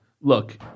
Look